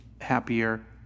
happier